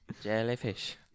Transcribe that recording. Jellyfish